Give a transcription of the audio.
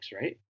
right